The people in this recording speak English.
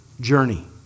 journey